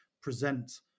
present